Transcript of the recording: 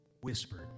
whispered